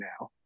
now